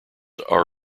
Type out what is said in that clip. are